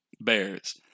Bears